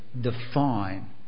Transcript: define